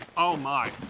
oh my.